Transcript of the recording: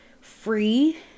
free